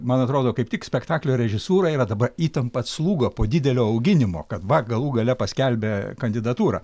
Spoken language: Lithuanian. man atrodo kaip tik spektaklio režisūra yra dabar įtampa atslūgo po didelio auginimo kad va galų gale paskelbė kandidatūrą